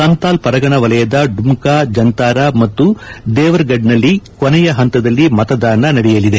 ಸಂತಾಲ್ ಪರಗಣ ವಲಯದ ಡುಂಕಾ ಜಂತಾರ ಮತ್ತು ದೇವ್ಫರ್ನಲ್ಲಿ ಕೊನೆಯ ಹಂತದಲ್ಲಿ ಮತೆದಾನ ನಡೆಯಲಿದೆ